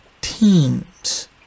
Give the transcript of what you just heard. teams